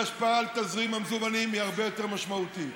וההשפעה על תזרים המזומנים היא הרבה יותר משמעותית.